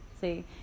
See